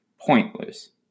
pointless